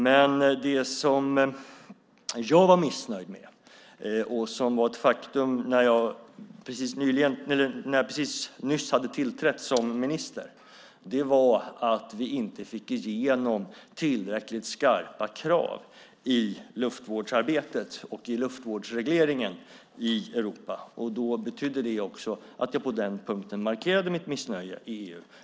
Det som jag var missnöjd med, och som var ett faktum när jag precis hade tillträtt som minister, var att vi inte fick igenom tillräckligt skarpa krav i luftvårdsarbetet och i luftvårdsregleringen i Europa. Då betydde det också att jag på den punkten markerade mitt missnöje i EU.